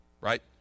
right